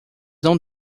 não